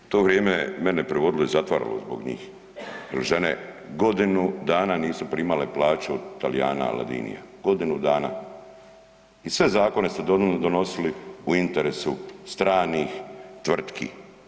U to vrijeme mene privodilo i zatvaralo zbog njih jel žene godinu dana nisu primale plaću od Talijana Ladinija, godinu dana i sve zakone ste donosili u interesu stranih tvrtki.